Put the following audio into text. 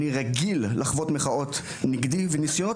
אני רגיל לחוות מחאות נגדי וניסיונות